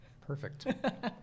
Perfect